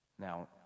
Now